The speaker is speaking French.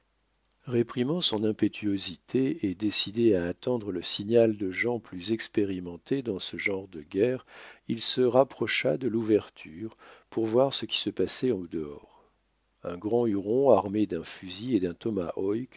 réprimant son impétuosité et décidé à attendre le signal de gens plus expérimentés dans ce genre de guerre il se rapprocha de l'ouverture pour voir ce qui se passait au dehors un grand huron armé d'un fusil et d'un